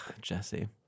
Jesse